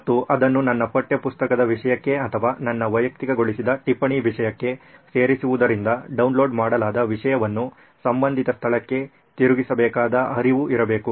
ಮತ್ತು ಅದನ್ನು ನನ್ನ ಪಠ್ಯಪುಸ್ತಕದ ವಿಷಯಕ್ಕೆ ಅಥವಾ ನನ್ನ ವೈಯಕ್ತಿಕಗೊಳಿಸಿದ ಟಿಪ್ಪಣಿ ವಿಷಯಕ್ಕೆ ಸೇರಿಸುವುದರಿಂದ ಡೌನ್ಲೋಡ್ ಮಾಡಲಾದ ವಿಷಯವನ್ನು ಸಂಬಂಧಿತ ಸ್ಥಳಕ್ಕೆ ತಿರುಗಿಸಬೇಕಾದ ಹರಿವು ಇರಬೇಕು